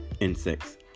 insects